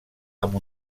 amb